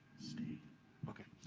see okay.